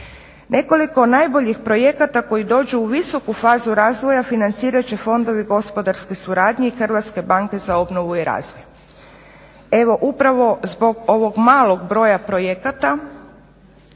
Nekoliko najboljih projekata koji dođu u visoku fazu razvoja financirat će fondovi gospodarske suradnje i Hrvatske banke za obnovu i razvoj.